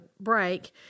break